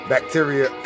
Bacteria